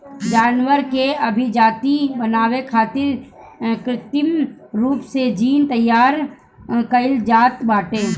जानवर के अभिजाति बनावे खातिर कृत्रिम रूप से जीन तैयार कईल जात बाटे